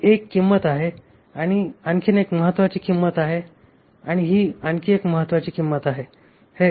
ही 1 किंमत आहे ही आणखी एक महत्वाची किंमत आहे आणि ही आणखी एक महत्वाची किंमत आहे